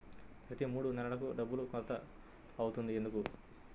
ప్రతి మూడు నెలలకు డబ్బులు కోత అవుతుంది ఎందుకు?